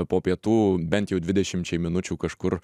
po pietų bent jau dvidešimčiai minučių kažkur